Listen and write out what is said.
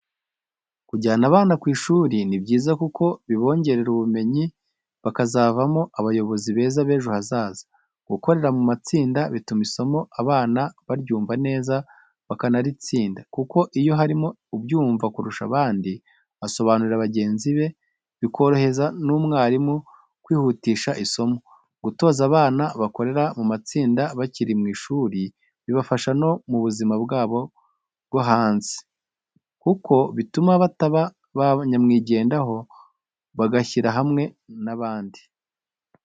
Kujyana abana ku ishuri ni byiza kuko bibongerera ubumenyi bakazavamo abayobozi beza bejo hazaza, gukorera mu matsinda bituma isomo abana baryumva neza bakanaritsinda, kuko iyo harimo ubyumva kurusha abandi asobanurira bagenzi be, bikoroheza n'umwarimu kwihutisha isomo, gutoza abana gukorera mu matsinda bakiri mu ishuri bibafasha no mu buzima bwo hanze, kuko bituma bataba ba nyamwigendaho, bagashyira hamwe n'abandi.